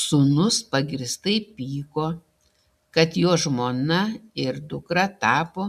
sūnus pagrįstai pyko kad jo žmona ir dukra tapo